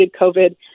COVID